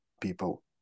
people